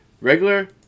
Regular